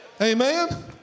Amen